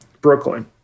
Brooklyn